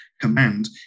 command